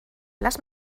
lass